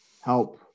help